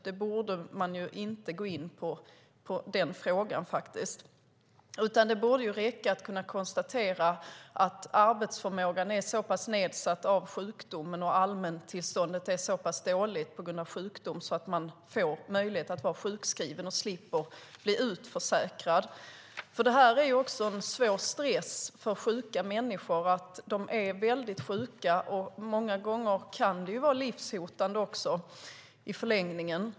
Den frågan borde man inte gå in på. Det borde räcka att kunna konstatera att arbetsförmågan är så pass nedsatt av sjukdomen och att allmäntillståndet är så pass dåligt på grund av sjukdom att man får möjlighet att vara sjukskriven och slipper bli utförsäkrad. Detta är en svår stress för sjuka människor. De är väldigt sjuka, och många gånger kan sjukdomen också vara livshotande i förlängningen.